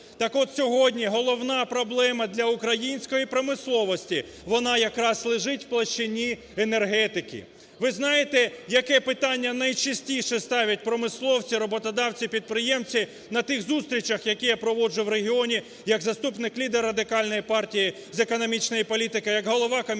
Так от, сьогодні головна проблема для української промисловості - вона якраз лежить у площині енергетики. Ви знаєте, яке питання найчастіше ставлять промисловці, роботодавці, підприємці на тих зустрічах, які я проводжу у регіоні як заступник лідера Радикальної партії з економічної політики, як голова Комітету